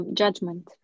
judgment